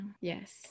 Yes